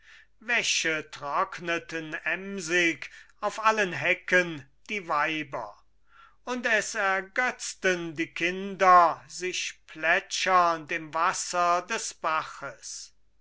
wäsche trockneten emsig auf allen hecken die weiber und es ergötzten die kinder sich plätschernd im wasser des baches